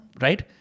Right